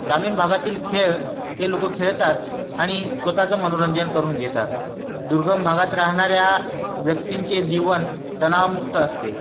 ग्रामीण भागातील खेळ ते लोक खेळतात आणि स्वतःचं मनोरंजन करून घेतात दुर्गम भागात राहणाऱ्या व्यक्तींचे जीवन तणावमुक्त असते